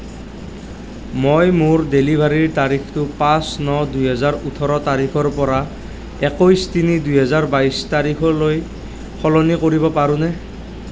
মই মোৰ ডেলিভাৰীৰ তাৰিখটো পাঁচ ন দুহেজাৰ ওঠৰ তাৰিখৰ পৰা একৈশ তিনি দুহেজাৰ বাইশ তাৰিখলৈ সলনি কৰিব পাৰোঁনে